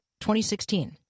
2016